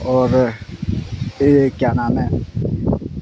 اور یہ کیا نام ہے